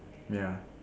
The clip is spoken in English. ya